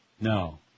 No